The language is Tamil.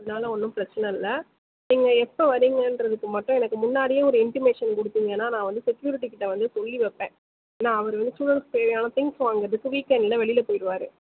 அதனால ஒன்றும் பிரச்சன இல்லை நீங்கள் எப்போ வரீங்கன்றதுக்கு மட்டும் எனக்கு முன்னாடியே ஒரு இன்டிமேஷன் கொடுத்தீங்கனா நான் வந்து செக்கியூரிட்டி கிட்டே வந்து சொல்லி வைப்பன் ஏன்னா அவர் வந்து ஸ்டூடெண்ட்ஸ்க்கு தேவையான திங்க்ஸ் வாங்குறதுக்கு வீக்கெண்டில் வெளியில் போய்டுவாரு